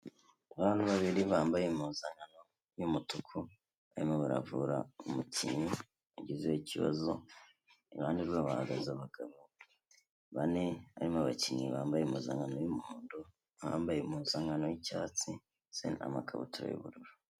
Abantu babiri bambaye impuzankano y'umutuku, barimo baravura umukinnyi wagize ikibazo. Iruhande rwabo hahagaze abagabo bane, harimo abakinnyi bambaye ampuzankano y'umuhondo, abambaye impuzankano y'icyatsi ndetse n'amakabutura y'ubururu.